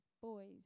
boys